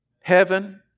heaven